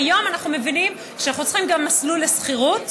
היום אנחנו מבינים שאנחנו צריכים גם מסלול לשכירות.